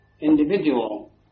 Individual